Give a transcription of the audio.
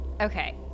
Okay